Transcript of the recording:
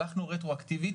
הלכנו רטרואקטיבית,